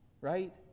right